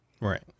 Right